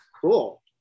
Cool